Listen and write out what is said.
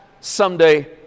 someday